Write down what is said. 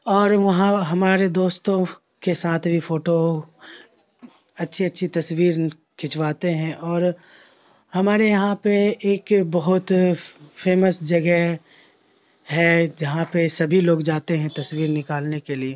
اور وہاں ہمارے دوستوں کے ساتھ بھی فوٹو اچھی اچھی تصویر کھنچواتے ہیں اور ہمارے یہاں پہ ایک بہت فیمس جگہ ہے جہاں پہ سبھی لوگ جاتے ہیں تصویر نکالنے کے لیے